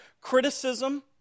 criticism